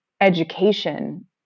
education